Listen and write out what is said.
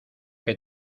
que